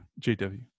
JW